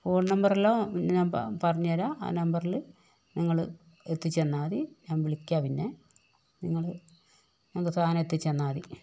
phone നമ്പറെല്ലാം ഞാന് പറഞ്ഞുതരാം ആ നമ്പറില് നിങ്ങള് എത്തിച്ചു തന്നാൽ മതി ഞാന് വിളിക്കാം പിന്നെ നിങ്ങള് നിങ്ങള് സാധനം എത്തിച്ചുതന്നാൽ മതി